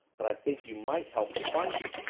but i think you might help to find it.